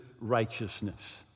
righteousness